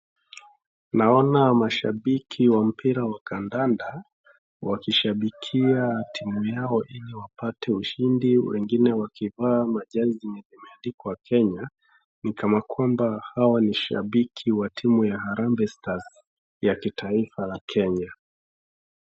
Naona msahabiki wa mpira wa kandanda wakishabikia timu yao ili wapate ushindi wengine wakivaa majezi imeandikwa kenya nikana kwamba hao ni shabiki wa timu ya Harambee Stars ya kitaifa ya kenya.